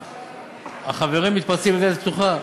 החברים מתפרצים לדלת פתוחה.